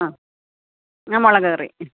അ ആ മുളക് കറി മ്മ്